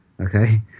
okay